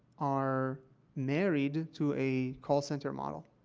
are married to a call center model.